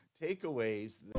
takeaways